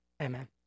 Amen